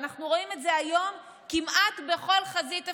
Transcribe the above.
ואנחנו רואים את זה היום כמעט בכל חזית אפשרית,